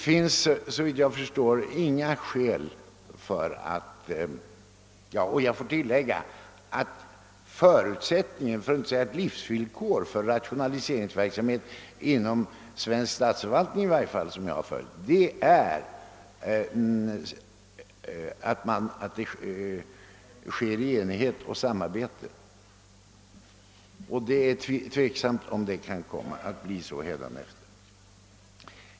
En förutsättning, för att inte säga ett livsvillkor för ra tionaliseringsverksamhet — i varje fall inom svensk statsförvaltning, där jag har följt den —, är att den bedrivs i enighet och samarbete. Det är tvivelaktigt om det kommer att bli så hädanefter.